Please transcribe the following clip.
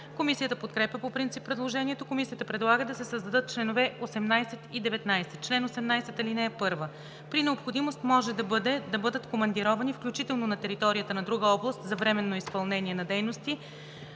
Комисията подкрепя по принцип предложението. Комисията предлага да се създадат членове 18 и 19: „Чл. 18. (1) При необходимост може да бъдат командировани, включително на територията на друга област за временно изпълнение на дейности